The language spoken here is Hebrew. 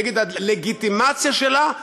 נגד הלגיטימציה שלה,